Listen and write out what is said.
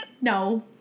no